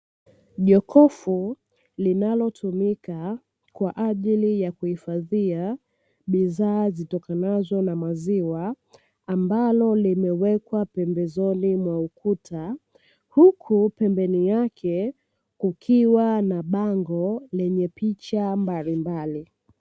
Jokofu linalotumika kwa ajili ya kuhifadhia bidhaa zitokanazo na maziwa, ambalo limewekwa pembezoni mwa ukuta. Huku pembeni yake kukiwa na bango lenye picha mbalimbali.